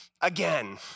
again